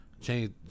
change